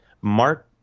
Mark